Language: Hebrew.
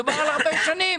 מדובר על הרבה שנים.